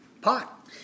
pot